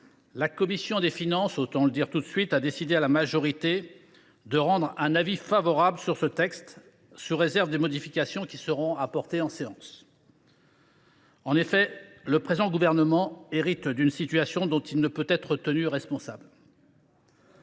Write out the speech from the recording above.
la commission des finances a décidé à la majorité d’émettre un avis favorable sur ce texte, sous réserve des modifications qui seront apportées en séance. En effet, le présent Gouvernement hérite d’une situation dont il ne peut être tenu responsable.